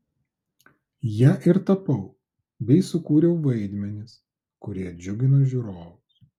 ja ir tapau bei sukūriau vaidmenis kurie džiugino žiūrovus